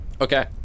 Okay